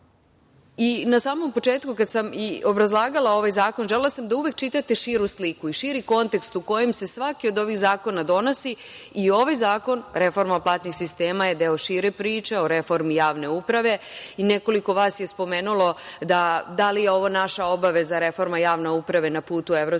Na samom početku i kada sam obrazlagala ovaj zakon, želela sam da uvek čitate širu sliku i širi kontekst u kojem se svaki od ovih zakona donosi i ovaj zakon reforma platnih sistema je deo šire priče, o reformi javne uprave. Nekoliko vas je spomenulo da li je ovo naša obaveza, reforma javne uprave na putu